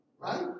Right